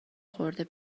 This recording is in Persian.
خورده